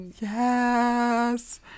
Yes